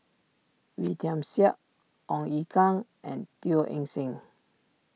Wee Tian Siak Ong Ye Kung and Teo Eng Seng